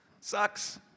Sucks